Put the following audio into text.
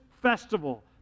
festival